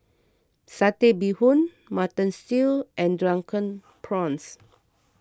Satay Bee Hoon Mutton Stew and Drunken Prawns